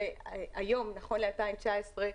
והיום, נכון ל-2019,